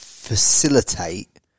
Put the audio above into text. facilitate